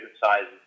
sizes